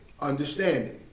understanding